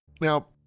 Now